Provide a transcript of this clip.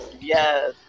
Yes